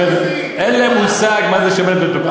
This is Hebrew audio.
אין להם מושג מה זה שמנת מתוקה.